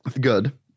good